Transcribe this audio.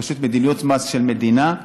זאת פשוט מדיניות המס של מדינה,